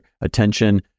attention